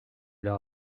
leur